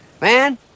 Man